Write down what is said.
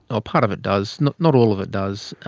ah part of it does, not not all of it does.